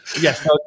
yes